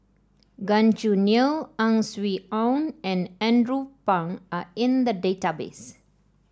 Gan Choo Neo Ang Swee Aun and Andrew Phang are in the database